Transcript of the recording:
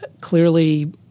clearly